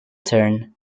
turn